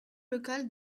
local